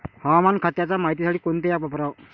हवामान खात्याच्या मायतीसाठी कोनचं ॲप वापराव?